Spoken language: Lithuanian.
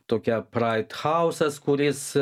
tokią pride chaosas kuris